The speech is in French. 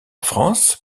france